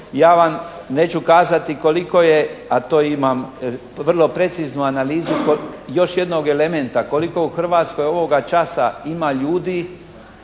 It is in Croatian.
Ja vam neću kazati koliko je, a to imam vrlo preciznu analizu još jednog elementa koliko u Hrvatskoj ovoga časa ima ljudi